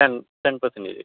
ten ten percentage